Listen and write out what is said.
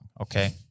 okay